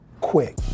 quick